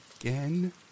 again